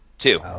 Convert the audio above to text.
Two